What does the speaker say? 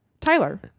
Tyler